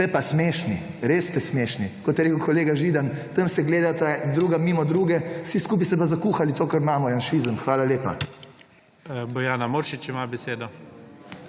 Ste pa smešni, res ste smešni. Kot je rekel kolega Židan tam se gledata druga mimo druge vsi skupaj pa ste zakuhali to, kar imamo Janšizem. Hvala lepa. **PREDSEDNIK IGOR